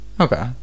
okay